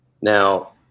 Now